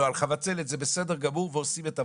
נוהל חבצלת, זה בסדר גמור, ועושים את עבודתם.